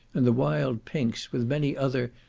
and wild pinks, with many other,